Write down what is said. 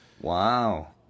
Wow